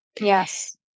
Yes